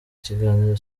kiganiro